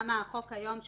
ולמה החוק היום,